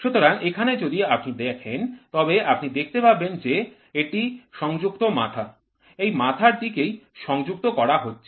সুতরাং এখানে যদি আপনি দেখেন তবে আপনি দেখতে পাবেন যে এটিই সংযুক্ত মাথা এই মাথার দিকেই সংযুক্ত করা হচ্ছে